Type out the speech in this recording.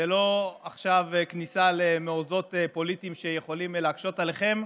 זה לא עכשיו כניסה למעוזות פוליטיים שיכולים להקשות עליכם,